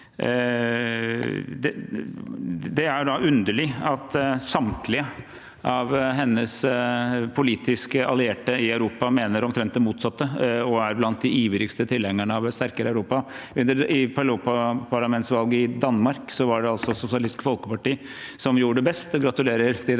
Det er underlig at samtlige av hennes politisk allierte i Europa mener omtrent det motsatte og er blant de ivrigste tilhengerne av et sterkere Europa. I europaparlamentsvalget i Danmark var det altså Socialistisk Folkeparti som gjorde det best – gratulerer til